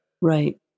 right